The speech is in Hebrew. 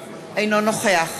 אינו נוכח